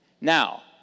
Now